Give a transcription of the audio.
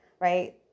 Right